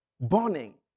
burning